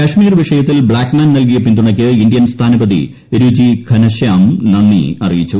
കശ്മീർ വിഷയത്തിൽ ബ്ലാക്ട്മാൻ നൽകിയ പിന്തുണയ്ക്ക് ഇന്ത്യൻ സ്ഥാനപതി രുചി ഘനശ്യാം നന്ദി ആറിയിച്ചു